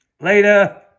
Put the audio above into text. Later